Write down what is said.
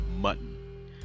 mutton